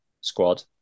squad